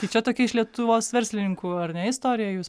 tai čia tokia iš lietuvos verslininkų ar ne istoriją jūs